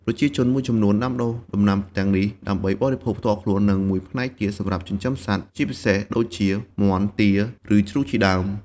ប្រជាជនមួយចំនួនដាំដុះដំណាំទាំងនេះដើម្បីបរិភោគផ្ទាល់ខ្លួន និងមួយផ្នែកទៀតសម្រាប់ចិញ្ចឹមសត្វ ជាពិសេសដូចជាមាន់ ទា ឬជ្រូកជាដើម។